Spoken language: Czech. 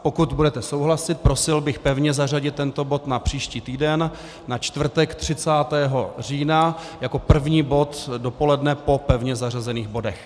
Pokud budete souhlasit, prosil bych pevně zařadit tento bod na příští týden na čtvrtek 30. října jako první bod dopoledne po pevně zařazených bodech.